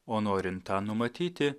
o norint tą numatyti